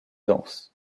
dense